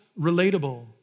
relatable